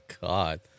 God